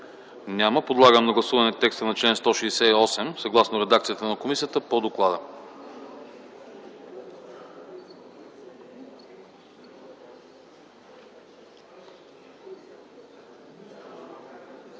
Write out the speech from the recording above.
Няма. Подлагам на гласуване текста на чл. 170 съгласно редакцията на комисията по доклада.